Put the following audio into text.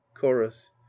chorus